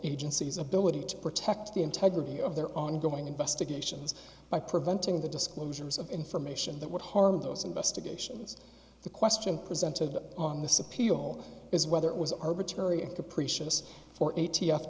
agencies ability to protect the integrity of their ongoing investigations by preventing the disclosures of information that would harm those investigations the question presented on this appeal is whether it was arbitrary